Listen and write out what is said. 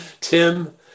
Tim